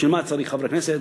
בשביל מה צריך חברי כנסת,